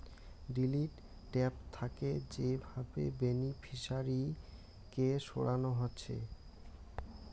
delete tab থাকে যে ভাবে বেনিফিশিয়ারি কে সরানো হসে